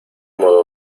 modo